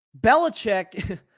Belichick